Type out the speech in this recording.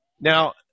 Now